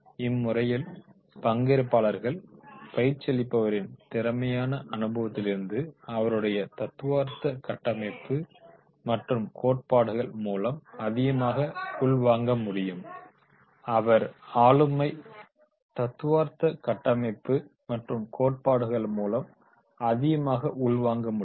இம்முறையில் பங்கேற்பாளர்கள் பயிற்சியளிப்பவரின் திறமையான அனுபவத்திலிருந்தும் அவருடைய தத்துவார்த்த கட்டமைப்பு மற்றும் கோட்பாடுகள் மூலம் அதிகமாக உள்வாங்க முடியும்